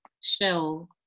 shell